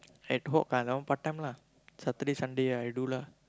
ad hoc but that one part-time lah Saturday Sunday I do lah